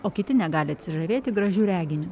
o kiti negali atsižavėti gražiu reginiu